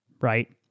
right